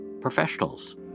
Professionals